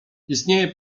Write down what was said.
istnieje